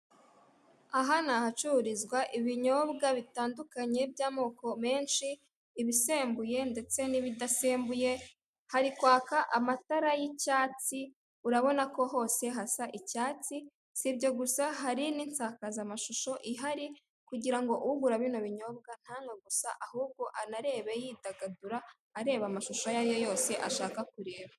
Aha ni ahacururizwa ibinyobwa bitandukanye, by'amoko menshi, ibisembuye ndetse n'ibidasembuye, hari kwaka amatara y'icyatsi, urabona ko hose hasa icyatsi, si ibyo gusa, hari n'insakazamashusho ihari, kugira ngo ugura bino binyobwa ntanywe gusa, ahubwo anarebe yidagadura, areba amashusho ayo ari yo yose ashaka kureba.